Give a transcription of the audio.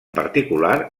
particular